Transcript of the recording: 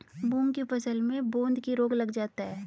मूंग की फसल में बूंदकी रोग लग जाता है